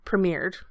premiered